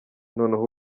noneho